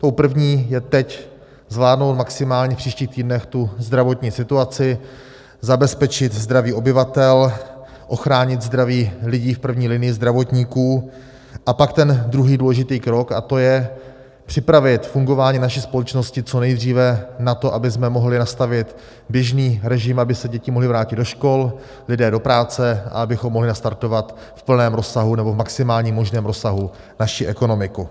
Tou první je teď zvládnout maximálně v příštích týdnech zdravotní situaci, zabezpečit zdraví obyvatel, ochránit zdraví lidí v první linii, zdravotníků, a pak ten druhý důležitý krok, a to je připravit fungování naší společnosti co nejdříve na to, abychom mohli nastavit běžný režim, aby se děti mohly vrátit do škol, lidé do práce a abychom mohli nastartovat v plném rozsahu, nebo v maximální možném rozsahu, naši ekonomiku.